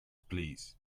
please